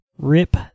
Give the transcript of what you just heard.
Rip